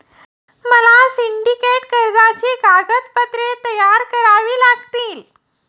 मला सिंडिकेट कर्जाची कागदपत्रे तयार करावी लागतील